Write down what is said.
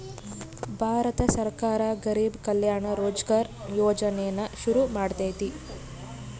ಭಾರತ ಸರ್ಕಾರ ಗರಿಬ್ ಕಲ್ಯಾಣ ರೋಜ್ಗರ್ ಯೋಜನೆನ ಶುರು ಮಾಡೈತೀ